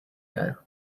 know